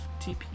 TP